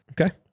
Okay